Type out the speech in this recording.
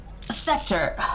sector